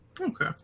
Okay